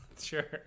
sure